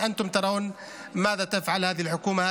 להלן תרגומם): איך קשור סמוטריץ'?